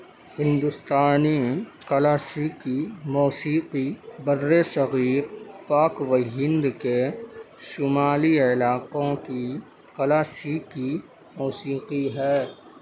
ہندوستانی کلاسیکی موسیقی برصغیر پاک و ہند کے شمالی علاقوں کی کلاسیکی موسیقی ہے